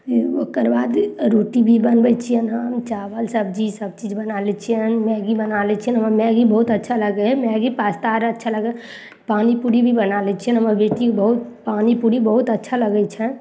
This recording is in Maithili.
ओकर बाद रोटी भी बनबय छियनि हम चावल सब्जी सब बना लै छियनि मैगी बना लै छियनि हमरा मैगी बहुत अच्छा लागय हइ मैगी पास्ता आर अच्छा लागय हइ पानी पूरी भी बना लै छियनि हमर बेटी बहुत पानी पूरी बहुत अच्छा लागय छनि